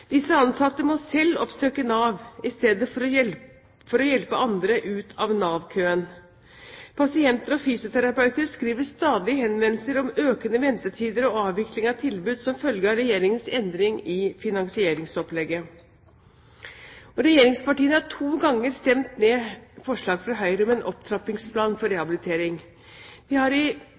Disse ansatte må selv oppsøke Nav, i stedet for å hjelpe andre ut av Nav-køen. Pasienter og fysioterapeuter skriver stadig henvendelser om økende ventetider og avvikling av tilbud som følge av Regjeringens endring i finansieringsopplegget. Regjeringspartiene har to ganger stemt ned forslag fra Høyre om en opptrappingsplan for rehabilitering. De har i